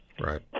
Right